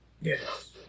Yes